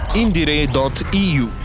indire.eu